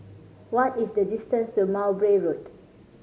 what is the distance to Mowbray Road